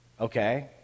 Okay